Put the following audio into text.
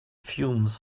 fumes